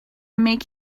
make